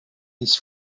his